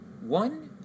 one